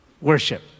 worship